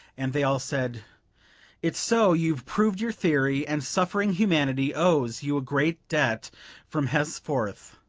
and they all said it's so you've proved your theory, and suffering humanity owes you a great debt from henceforth,